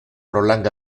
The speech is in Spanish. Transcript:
roland